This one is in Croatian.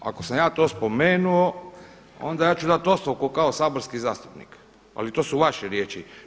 Ako sam ja to spomenuo, onda ja ću dati ostavku kao saborski zastupnik, ali to su vaše riječi.